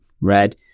red